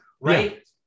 Right